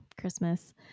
Christmas